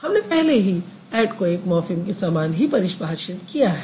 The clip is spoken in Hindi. हमने पहले ही ऐड को एक मॉर्फ़िम के समान ही परिभाषित किया है